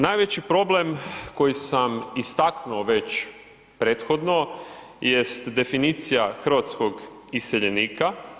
Najveći problem koji sam istaknuo već prethodno jest definicija hrvatskog iseljenika.